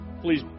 please